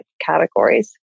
categories